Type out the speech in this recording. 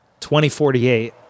2048